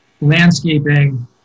landscaping